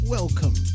Welcome